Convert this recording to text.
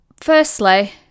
firstly